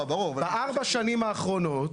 בארבע השנים האחרונות,